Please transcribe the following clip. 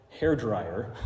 hairdryer